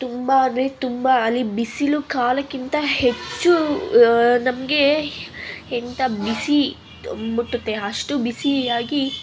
ತುಂಬ ಅಂದರೆ ತುಂಬ ಅಲ್ಲಿ ಬಿಸಿಲು ಕಾಲಕ್ಕಿಂತ ಹೆಚ್ಚು ನಮಗೆ ಎಂಥ ಬಿಸಿ ಮುಟ್ಟುತ್ತೆ ಅಷ್ಟು ಬಿಸಿಯಾಗಿ